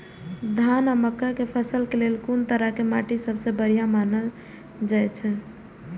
धान आ मक्का के फसल के लेल कुन तरह के माटी सबसे बढ़िया मानल जाऐत अछि?